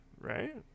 Right